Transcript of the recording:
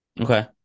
Okay